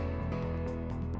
and